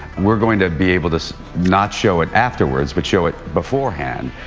we are going to be able to not show it afterwards but show it beforehand,